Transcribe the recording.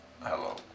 Hello